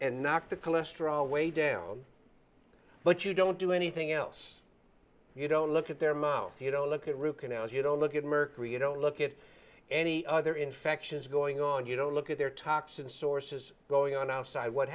and knock the cholesterol way down but you don't do anything else you don't look at their mouth look at root canals you don't look at mercury you don't look at any other infections going on you don't look at their toxin sources going on outside what